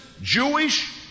Jewish